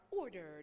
ordered